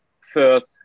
first